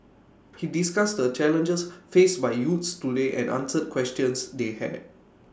he discussed the challenges faced by youths today and answered questions they had